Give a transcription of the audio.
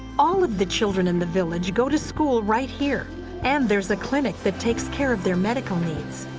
all of the children in the village go to school right here and there is a clinic that takes care of their medical needs.